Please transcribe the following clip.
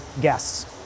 guests